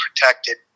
protected